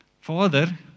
Father